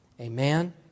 amen